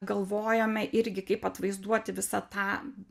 galvojome irgi kaip atvaizduoti visą tą